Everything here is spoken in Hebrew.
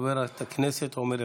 חברת הכנסת עומר ינקלביץ'.